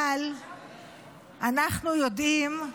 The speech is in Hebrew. אבל אנחנו יודעים,